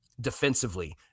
defensively